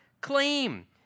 claim